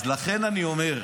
אז לכן אני אומר,